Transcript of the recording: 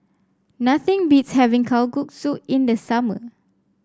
nothing beats having Kalguksu in the summer